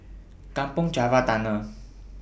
Kampong Java Tunnel